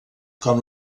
com